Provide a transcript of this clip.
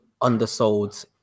undersold